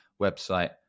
website